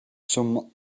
some